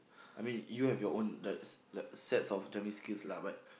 I mean you have your own like like sets of driving skills lah but